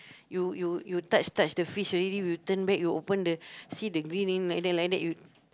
you you you touch touch the fish already you turn back you open the see the like that like that